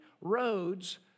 roads